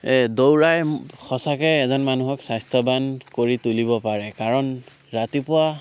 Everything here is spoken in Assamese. এ দৌৰাই সঁচাকৈ এজন মানুহক স্বাস্থ্যবান কৰি তুলিব পাৰে কাৰণ ৰাতিপুৱা